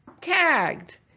tagged